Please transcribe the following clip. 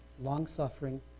long-suffering